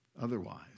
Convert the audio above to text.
otherwise